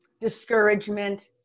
discouragement